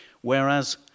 whereas